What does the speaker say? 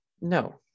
No